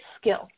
skill